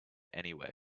anywhere